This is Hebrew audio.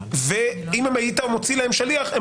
ואם היית מוציא להם שליח,